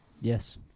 Yes